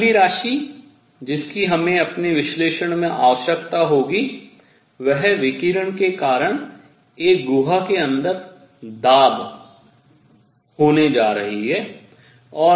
अगली राशि जिसकी हमें अपने विश्लेषण में आवश्यकता होगी वह विकिरण के कारण एक गुहा के अंदर दाब होने जा रही है